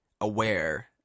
aware